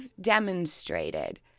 demonstrated